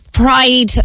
pride